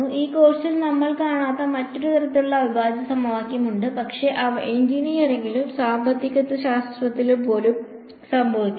ഈ കോഴ്സിൽ നമ്മൾ കാണാത്ത മറ്റൊരു തരത്തിലുള്ള അവിഭാജ്യ സമവാക്യമുണ്ട് പക്ഷേ അവ എഞ്ചിനീയറിംഗിലും സാമ്പത്തിക ശാസ്ത്രത്തിലും പോലും സംഭവിക്കുന്നു